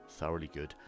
thoroughlygood